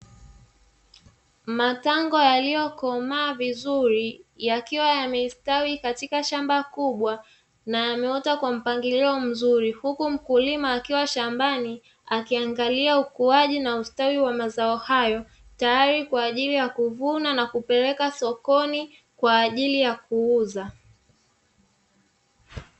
Matango yaliyokomaa vizuri, yakiwa yamestawi katika shamba kubwa na yameota kwa mpangilio mzuri, huku mkulima akiwa shambani akiangalia ukuaji na ustawi wa mazao hayo, tayari kwa ajili ya kuvuna na kupelekwa sokoni kwa ajili ya kuuza.